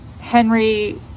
Henry